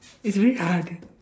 it's really hard